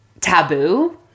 taboo